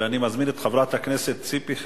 ואני מזמין את חברת הכנסת ציפי חוטובלי.